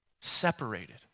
separated